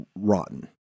rotten